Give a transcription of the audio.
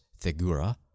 Thegura